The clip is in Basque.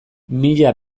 mila